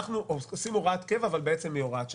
עושים הוראת קבע, אבל היא הוראת שעה.